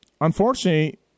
Unfortunately